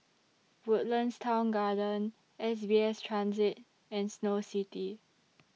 Woodlands Town Garden S B S Transit and Snow City